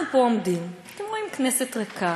אנחנו פה עומדים, אתם רואים, כנסת ריקה,